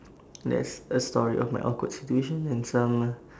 that's a story of my awkward situation and some